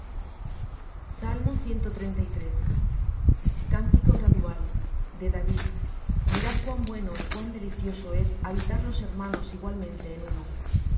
cántico gradual de david mirad cuán bueno y cuán delicioso es habitar los hermanos igualmente en uno es